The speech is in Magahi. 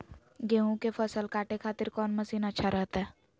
गेहूं के फसल काटे खातिर कौन मसीन अच्छा रहतय?